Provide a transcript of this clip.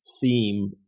theme